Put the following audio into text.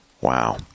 wow